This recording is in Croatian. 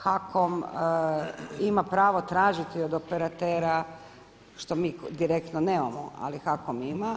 HAKOM ima pravo tražiti od operatera što mi direktno nemamo, ali HAKOM ima.